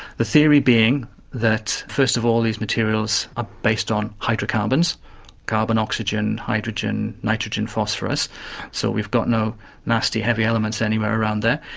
the theory being that first of all these materials are based on hydrocarbons carbon, oxygen, hydrogen, nitrogen phosphorus so we've got no nasty heavy elements anywhere around there.